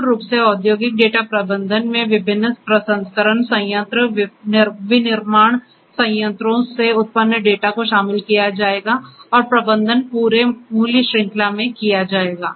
मूल रूप से औद्योगिक डेटा प्रबंधन में विभिन्न प्रसंस्करण संयंत्र विनिर्माण संयंत्रों से उत्पन्न डेटा को शामिल किया जाएगा और प्रबंधन पूरे मूल्य श्रृंखला में किया जाता है